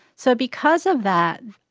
so because of that,